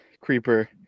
creeper